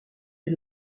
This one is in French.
est